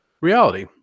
reality